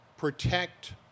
protect